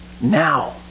now